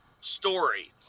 story